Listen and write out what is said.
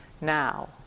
now